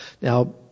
Now